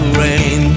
rain